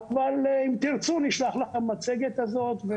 אם תרצו נשלח לכם את המצגת הזאת.